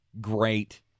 great